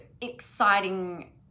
exciting